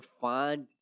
find